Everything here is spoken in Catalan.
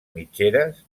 mitgeres